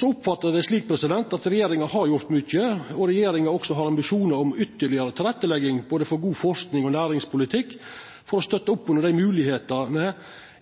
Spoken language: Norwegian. Eg oppfatta det slik at regjeringa har gjort mykje, at regjeringa også har ambisjonar om ytterlegare tilrettelegging for både god forsking og næringspolitikk, for å støtta opp under dei moglegheitene